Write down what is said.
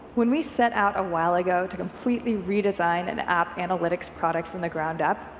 when we set out a while ago to completely redesign an app analytics product from the ground up,